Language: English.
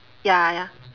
ya ya